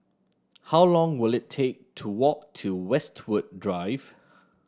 how long will it take to walk to Westwood Drive